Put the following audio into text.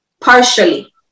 partially